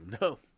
No